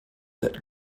that